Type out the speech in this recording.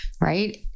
right